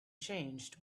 changed